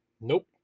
Nope